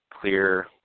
clear